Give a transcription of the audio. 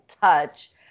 touch